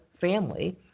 family